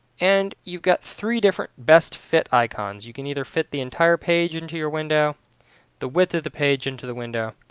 and you've got three different best fit icons you can either fit the entire page into your window the width of the page into the window,